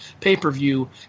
pay-per-view